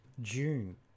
June